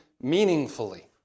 meaningfully